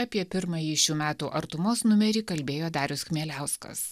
apie pirmąjį šių metų artumos numerį kalbėjo darius chmieliauskas